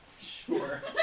Sure